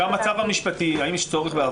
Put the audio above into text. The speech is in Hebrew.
מה המצב המשפטי והאם יש צורך בהרחבת החוק.